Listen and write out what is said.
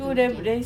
okay